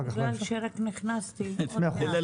רק נכנסתי, עוד מעט.